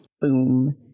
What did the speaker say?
Boom